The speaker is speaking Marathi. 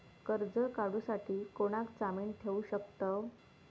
कर्ज काढूसाठी कोणाक जामीन ठेवू शकतव?